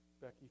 Becky